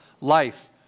life